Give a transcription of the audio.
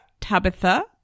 Tabitha